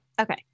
okay